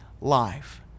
life